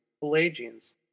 Pelagians